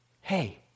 Hey